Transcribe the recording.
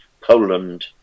poland